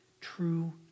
true